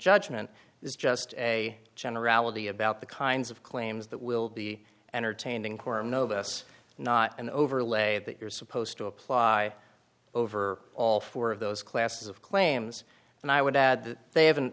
judgment is just a generality about the kinds of claims that will be entertained in coron know this not an overlay that you're supposed to apply over all four of those classes of claims and i would add